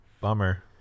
bummer